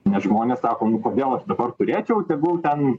nes žmonės sako nu kodėl aš dabar turėčiau tegul ten